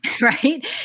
right